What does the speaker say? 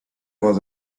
was